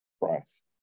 Christ